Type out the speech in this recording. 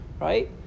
right